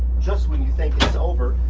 just when you think it's over,